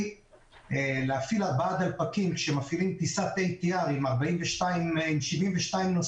להפעיל ארבעה דלפקים כשמפעילים טיסת ATR עם 72 נוסעים